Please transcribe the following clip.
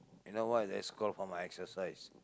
you know what I'll score for my exercise